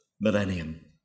millennium